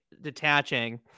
detaching